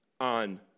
on